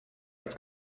its